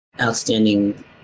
outstanding